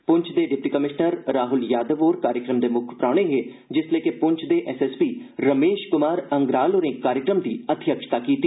पुंछ दे deputy commissioner Rahul Yadav होर कार्यक्रम दे मुक्ख परौहने हे जिसलै के पुंछ दे एसएसपी रमेश कुमार अंगराल होरें कार्यक्रम दी अध्यक्षता कीती